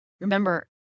Remember